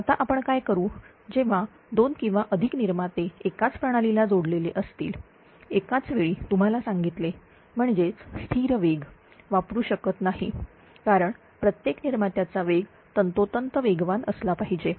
आता आपण काय करू जेव्हा 2 किंवा अधिक निर्माते एकाच प्रणालीला जोडलेले असतील एकाच वेळी तुम्हाला सांगितले म्हणजेच स्थिर वेग वापरू शकत नाही कारण प्रत्येक निर्मात्याचा वेग तंतोतंत वेगवान असला पाहिजे